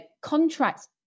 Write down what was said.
Contracts